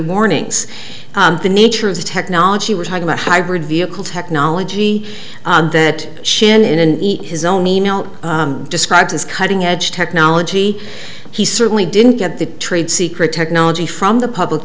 warnings the nature of the technology we're talking about hybrid vehicle technology that shannon his own email described as cutting edge technology he certainly didn't get the trade secret technology from the public